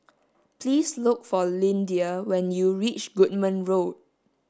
please look for Lyndia when you reach Goodman Road